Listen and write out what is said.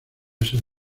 esas